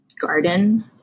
garden